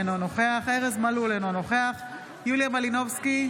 אינו נוכח ארז מלול, אינו נוכח יוליה מלינובסקי,